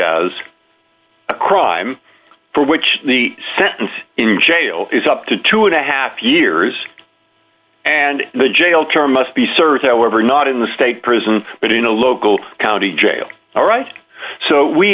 as a crime for which the sentence in jail is up to two and a half years and the jail term must be served however not in the state prison but in a local county jail all right so we